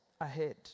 ahead